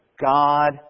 God